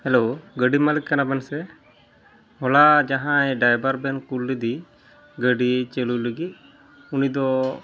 hello ᱜᱟᱹᱰᱤ ᱢᱟᱹᱞᱤᱠ ᱠᱟᱱᱟᱵᱮᱱ ᱥᱮ ᱦᱚᱞᱟ ᱡᱟᱦᱟᱸᱭ ᱰᱟᱭᱵᱟᱨᱵᱮᱱ ᱠᱳᱞ ᱞᱮᱫᱮ ᱜᱟᱹᱰᱤ ᱪᱟᱹᱞᱩᱭ ᱞᱟᱹᱜᱤᱫ ᱩᱱᱤᱫᱚ